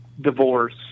divorce